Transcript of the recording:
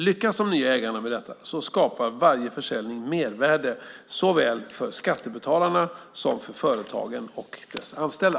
Lyckas de nya ägarna med detta skapar varje försäljning mervärde såväl för skattebetalarna som för företagen och deras anställda.